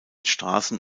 straßen